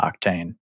Octane